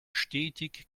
stetig